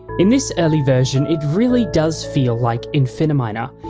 in this early version, it really does feel like infiniminer,